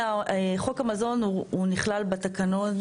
חוק המזון הוא נכלל בתקנון